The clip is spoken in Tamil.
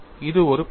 இது ஒரு பிரச்சினை